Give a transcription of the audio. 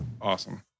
awesome